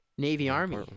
Navy-Army